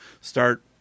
start